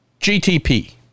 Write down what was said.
GTP